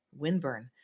Windburn